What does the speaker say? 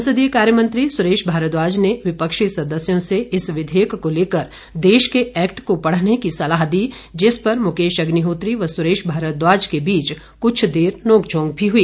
संसदीय कार्यमंत्री सुरेश भारद्वाज ने विपक्षी सदस्यों से इस विधेयक को लेकर देश के एक्ट को पढ़ने की सलाह दी जिस पर मुकेश अग्निहोत्री व सुरेश भारद्वाज के बीच क्छ देर नोंकझोंक भी हई